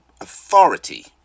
authority